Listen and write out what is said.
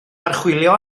archwilio